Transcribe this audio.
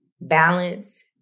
balance